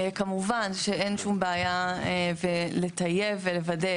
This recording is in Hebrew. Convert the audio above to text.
כמובן שאין שום בעיה לטייב ולוודא